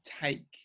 take